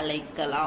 அழைக்கலாம்